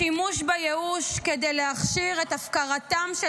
השימוש בייאוש כדי להכשיר את הפקרתם של